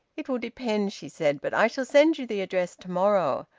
it will depend, she said. but i shall send you the address to-morrow.